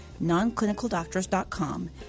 nonclinicaldoctors.com